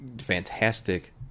fantastic